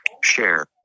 Share